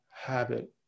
habit